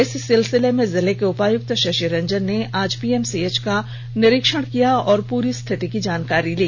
इस सिलसिले में जिले के उपायुक्त शशि रंजन ने आज पीएमसीएच का निरीक्षण किया और पूरी स्थिति की जानकारी ली